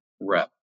rep